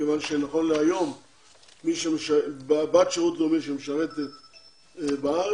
כיוון שנכון להיום בת שירות לאומי שמשרתת בארץ,